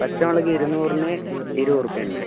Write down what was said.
പച്ചമുളക്ക് ഇരുന്നൂറിന് ഇരുന്നൂറ് രൂപ തന്നെ